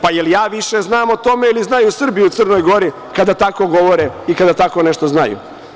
Pa, jel ja više znam o tome ili znaju Srbi u Crnoj Gori kada govore i kada tako nešto znaju?